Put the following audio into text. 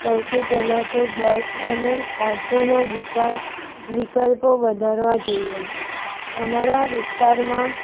સૌથી પહેલાં તો બસ અને ઓટોનો વિકાસ વિકલ્પો વધારવા જોઈએ અમારા વિસ્તારમાં